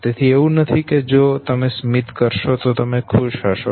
તેથી એવું નથી કે જો તમે સ્મિત કરશો તો તમે ખુશ છો